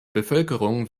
bevölkerung